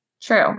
True